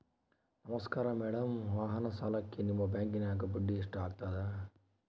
ನಮಸ್ಕಾರ ಮೇಡಂ ವಾಹನ ಸಾಲಕ್ಕೆ ನಿಮ್ಮ ಬ್ಯಾಂಕಿನ್ಯಾಗ ಬಡ್ಡಿ ಎಷ್ಟು ಆಗ್ತದ?